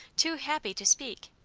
too happy to speak.